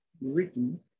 written